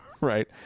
Right